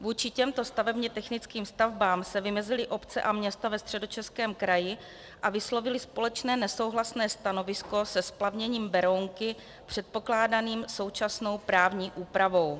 Vůči těmto stavebnětechnickým stavbám se vymezily obce a města ve Středočeském kraji a vyslovily společné nesouhlasné stanovisko se splavněním Berounky předpokládaným současnou právní úpravou.